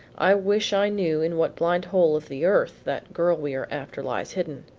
i wish i knew in what blind hole of the earth that girl we are after lies hidden.